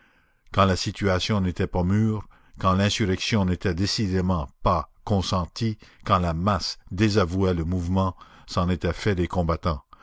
quand la situation n'était pas mûre quand l'insurrection n'était décidément pas consentie quand la masse désavouait le mouvement c'en était fait des combattants